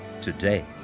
today